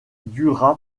dura